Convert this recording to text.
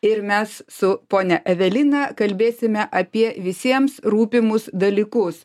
ir mes su ponia evelina kalbėsime apie visiems rūpimus dalykus